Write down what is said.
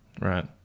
Right